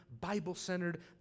Bible-centered